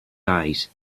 eyes